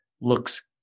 looks –